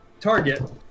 target